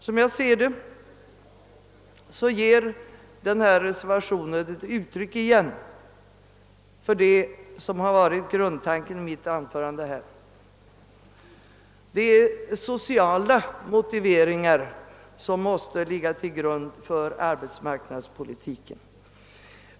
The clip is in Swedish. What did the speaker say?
Som jag ser det är den na reservation ännu ett uttryck för vad som har varit grundtanken i mitt anförande: det är sociala motiveringar som måste ligga till grund för arbetsmarknadspolitiken.